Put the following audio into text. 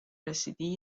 رسیدی